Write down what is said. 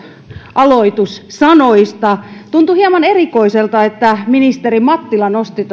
aloitussanoista tuntui hieman erikoiselta että ministeri mattila nosti